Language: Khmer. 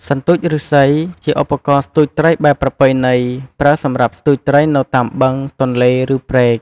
សន្ទូចឬស្សី ជាឧបករណ៍ស្ទួចត្រីបែបប្រពៃណី ប្រើសម្រាប់ស្ទួចត្រីនៅតាមបឹង ទន្លេ ឬ ព្រែក។